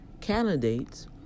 candidates